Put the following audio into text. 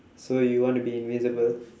so you want to be invisible